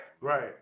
Right